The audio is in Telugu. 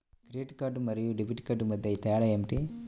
క్రెడిట్ కార్డ్ మరియు డెబిట్ కార్డ్ మధ్య తేడా ఏమిటి?